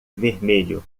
vermelho